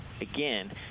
again